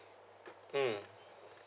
mm